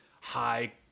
high